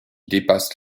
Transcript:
dépasse